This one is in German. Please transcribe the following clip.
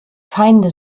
feinde